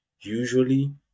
usually